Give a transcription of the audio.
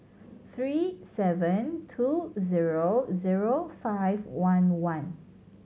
three seven two zero zero five one one